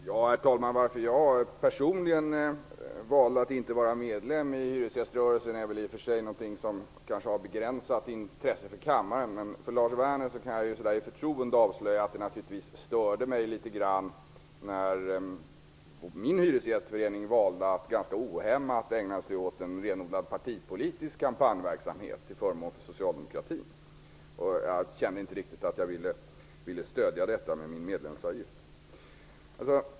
Herr talman! Anledningen till att jag personligen valde att inte vara medlem i hyresgäströrelsen har väl i och för sig begränsat intresse för kammaren. För Lars Werner kan jag i förtroende avslöja att det störde mig litet när min hyresgästförening valde att ganska ohämmat ägna sig åt renodlad partipolitisk kampanjverksamhet till förmån för socialdemokratin. Jag kände inte riktigt att jag ville stödja detta med min medlemsavgift.